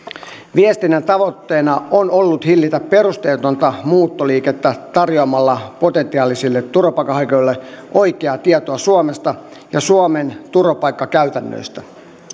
viestinnän tavoitteena on ollut hillitä perusteetonta muuttoliikettä tarjoamalla potentiaalisille turvapaikanhakijoille oikeaa tietoa suomesta ja suomen turvapaikkakäytännöistä